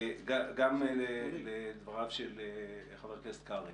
גם לדבריו של חבר הכנסת קרעי.